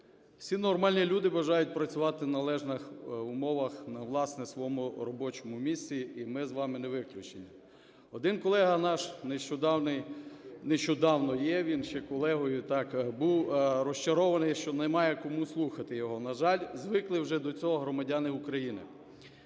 Всі нормальні люди бажають працювати у належних умовах, на, власне, своєму робочому місці, і ми з вами не виключення. Один колега наш нещодавно, є він ще колегою, так був розчарований, що немає кому слухати його. На жаль, звикли вже до цього громадяни України.